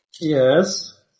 Yes